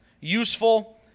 useful